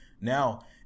now